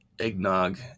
eggnog